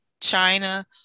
China